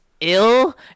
ill